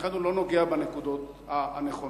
ולכן הוא לא נוגע בנקודות הנכונות.